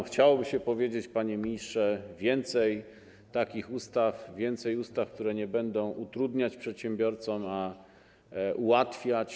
Chciałoby się powiedzieć, panie ministrze, więcej takich ustaw, więcej ustaw, które nie będą utrudniać przedsiębiorcom, a ułatwiać.